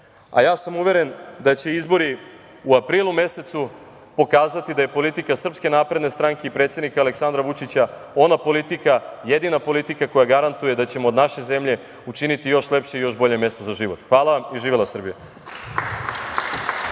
sam uveren da će izbori u aprilu mesecu pokazati da je politika SNS i predsednika Aleksandra Vučića ona politika, jedina politika koja garantuje da ćemo od naše zemlje učiniti još lepšim i još boljim za život. Hvala i živela Srbija.